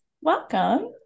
welcome